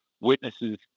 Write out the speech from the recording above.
Witnesses